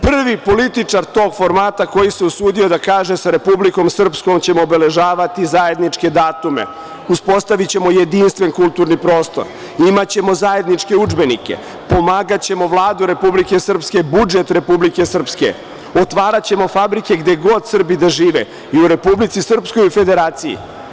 Prvi političar tog formata koji se usudio da kaže - sa Republikom Srpskom ćemo obeležavati zajedničke datume, uspostavićemo jedinstven kulturni prostor, imaćemo zajedničke udžbenike, pomagaćemo Vladu Republike Srpske, budžet Republike Srpske, otvaraćemo fabrike gde god Srbi da žive i u Republici Srpskoj i u Federaciji.